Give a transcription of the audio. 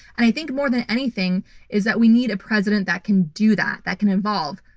and i think more than anything is that we need a president that can do that. that can evolve.